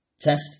Test